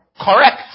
Correct